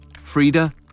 Frida